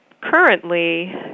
currently